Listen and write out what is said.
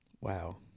Wow